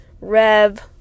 Rev